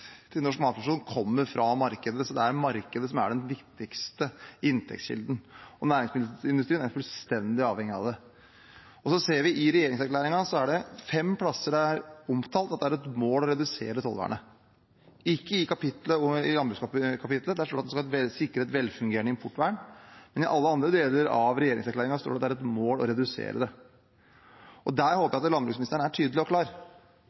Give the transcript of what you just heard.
Norge. Norsk næringsmiddelindustri er fullstendig avhengig av et velfungerende tollvern og importvern. Det er en bærebjelke for norsk matproduksjon. Rundt 70 pst. av inntektene til norsk matproduksjon kommer fra markedet, så det er markedet som er den viktigste inntektskilden. Næringsmiddelindustrien er fullstendig avhengig av det. Så ser vi i regjeringsplattformen at det på fem plasser er omtalt som mål å redusere tollvernet – ikke i landbrukskapittelet, der står det at man skal sikre et velfungerende importvern, men i andre deler av regjeringsplattformen står det at det er et mål å redusere det. Der håper